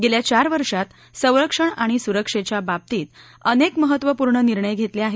गेल्या चार वर्षात संरक्षण आणि सुरक्षेच्या बाबतीत अनेक महत्वपूर्ण निर्णय घेतले आहेत